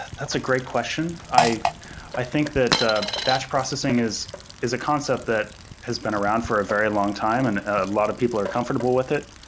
that's a great question. i i think that batch processing is is a concept that has been around for a very long time and a lot of people are comfortable with it.